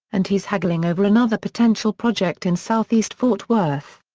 and he's haggling over another potential project in southeast fort worth.